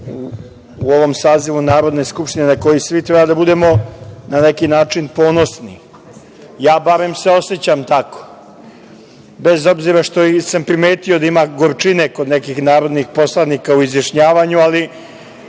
u ovom sazivu Narodne skupštine na koji svi treba da budemo na neki način ponosni. Ja barem se osećam tako. Bez obzira što sam primetio da ima gorčine kod nekih narodnih poslanika u izjašnjavanju, ali